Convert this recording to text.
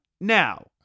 Now